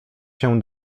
się